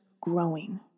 growing